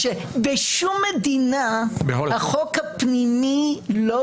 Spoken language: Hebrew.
בשום מדינה החוק הפנימי לא